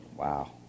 Wow